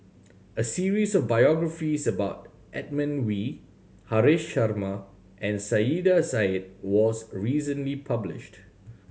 a series of biographies about Edmund Wee Haresh Sharma and Saiedah Said was recently published